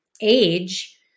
age